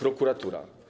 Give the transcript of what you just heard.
prokuratura.